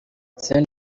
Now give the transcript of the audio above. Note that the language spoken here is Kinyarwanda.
saint